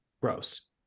Gross